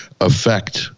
affect